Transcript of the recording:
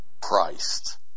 Christ